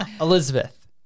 elizabeth